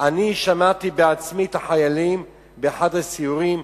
אני שמעתי בעצמי את החיילים באחד הסיורים,